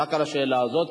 רק על השאלה הזאת,